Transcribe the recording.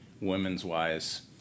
women's-wise